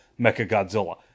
Mechagodzilla